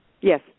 Yes